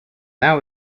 now